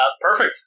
Perfect